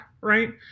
right